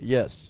Yes